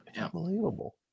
unbelievable